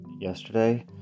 yesterday